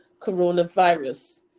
coronavirus